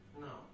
No